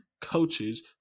coaches